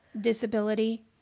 disability